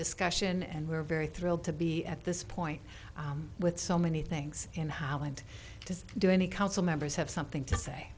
discussion and we're very thrilled to be at this point with so many things in holland to do any council members have something to say